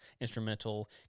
instrumental